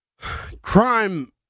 crime